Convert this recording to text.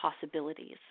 possibilities